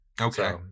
Okay